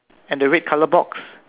and the red color box